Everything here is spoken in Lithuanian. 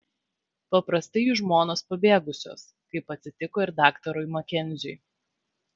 paprastai jų žmonos pabėgusios kaip atsitiko ir daktarui makenziui